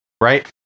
right